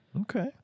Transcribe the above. Okay